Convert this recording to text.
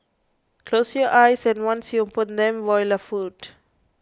close your eyes and once you open them voila food